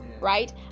right